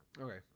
Okay